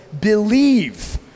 believe